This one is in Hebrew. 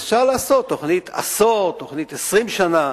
אז אפשר לעשות תוכנית עשור, תוכנית 20 שנה,